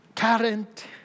Current